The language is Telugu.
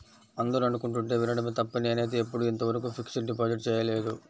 అందరూ అనుకుంటుంటే వినడమే తప్ప నేనైతే ఎప్పుడూ ఇంతవరకు ఫిక్స్డ్ డిపాజిట్ చేయలేదు